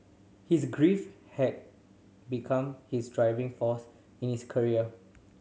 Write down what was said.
his grief had become his driving force in his career